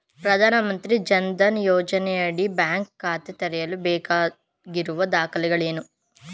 ಪ್ರಧಾನಮಂತ್ರಿ ಜನ್ ಧನ್ ಯೋಜನೆಯಡಿ ಬ್ಯಾಂಕ್ ಖಾತೆ ತೆರೆಯಲು ಬೇಕಾಗಿರುವ ದಾಖಲೆಗಳೇನು?